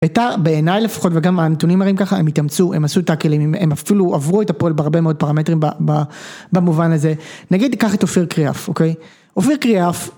והיתה, בעיני לפחות, וגם מה הנתונים מראים ככה, הם התאמצו, הם עשו טאקלים, הם אפילו עברו את הפועל בהרבה מאוד פרמטרים ב... ב... במובן הזה. נגיד, תקח את אופיר קריאף, אוקיי? אופיר קריאף...